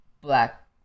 black